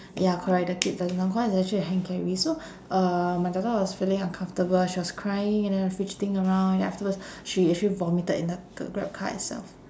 ya correct the kid doesn't count cause it's actually a hand carry so uh my daughter was feeling uncomfortable she was crying and then fidgeting around and then afterwards she actually vomited in the grab car itself